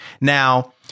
Now